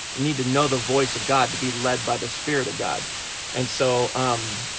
you need to know the voice of god to be led by the spirit of god and so um